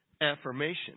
affirmation